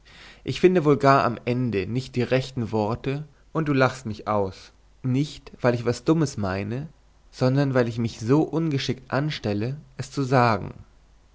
ich finde wohl gar am ende nicht die rechten worte und du lachst mich aus nicht weil ich was dummes meine sondern weil ich mich so ungeschickt anstelle es zu sagen